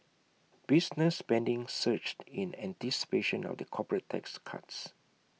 business spending surged in anticipation of the corporate tax cuts